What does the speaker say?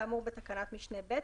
כאמור בתקנת משנה (ב),